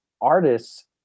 artists